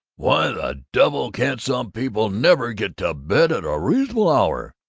why the devil can't some people never get to bed at a reasonable hour?